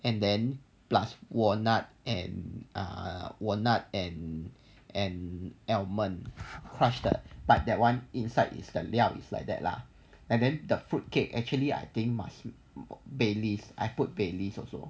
and then plus walnut and err walnut and and almond crush that but that one inside is 料 is like that lah and then the fruit cake actually I think must baileys I put baileys also